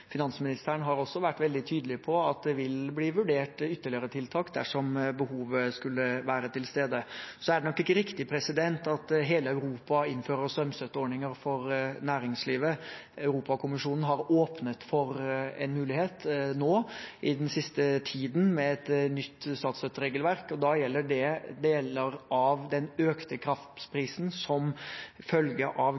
Finansministeren har også vært veldig tydelig på at det vil bli vurdert ytterligere tiltak dersom behovet skulle være til stede. Det er nok ikke riktig at hele Europa innfører strømstøtteordninger for næringslivet. Europakommisjonen har åpnet for en mulighet nå i den siste tiden med et nytt statsstøtteregelverk, og da gjelder det deler av den økte